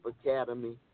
Academy